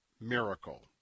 miracle